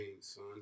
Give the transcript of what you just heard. son